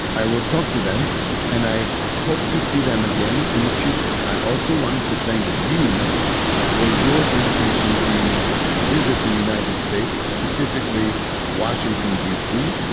i will talk to them and i hope to see them again in the future. i also wanted to thank you for your invitation to visit the united states, specifically washington, d c.